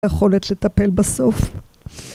יכולת לטפל בסוף.